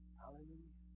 hallelujah